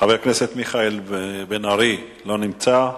חבר הכנסת מיכאל בן-ארי, לא נמצא.